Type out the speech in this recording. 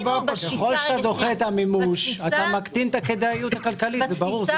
ככל שאתה דוחה את המימוש אתה מקטין את הכדאיות הכלכלית זה ברור.